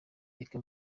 reka